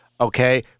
Okay